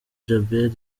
djabel